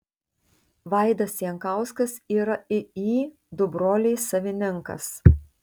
vaidas jankauskas yra iį du broliai savininkas